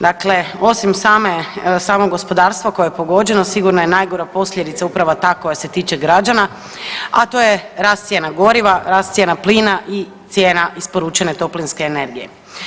Dakle, osim same, samog gospodarstva koje je pogođeno sigurno je najgora posljedica upravo ta koja se tiče građana, a to je rast cijena goriva, rast cijena plina i cijena isporučene toplinske energije.